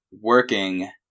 working